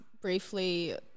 briefly